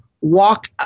walk